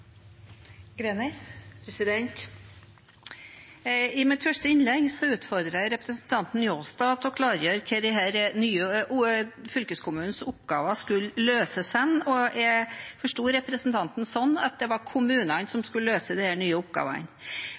I mitt første innlegg utfordret jeg representanten Njåstad til å klargjøre hvor disse nye fylkeskommunenes oppgaver skulle løses, og jeg forsto representanten sånn at det var kommunene som skulle løse de nye oppgavene.